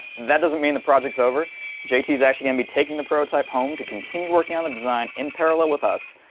that doesn't mean the project's over jt's actually gonna be taking the prototype home to continue working on the design in parallel with us,